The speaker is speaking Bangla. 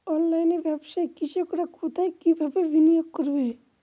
অনলাইনে ব্যবসায় কৃষকরা কোথায় কিভাবে যোগাযোগ করবে?